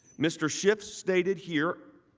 mr. schiff stated here